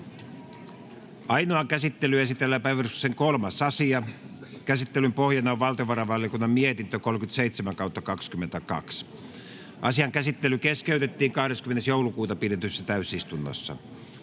Ainoaan käsittelyyn esitellään päiväjärjestyksen 3. asia. Käsittelyn pohjana on valtiovarainvaliokunnan mietintö VaVM 37/2022 vp. Asian käsittely keskeytettiin 20.12.2022 pidetyssä täysistunnossa.